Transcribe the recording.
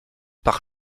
par